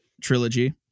trilogy